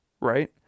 Right